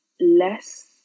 less